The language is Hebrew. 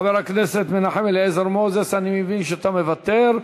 חבר הכנסת מנחם אליעזר מוזס, אני מבין שאתה מוותר.